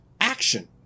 Action